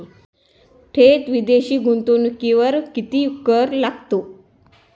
थेट विदेशी गुंतवणुकीवर किती कर लागतो?